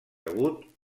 agut